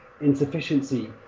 insufficiency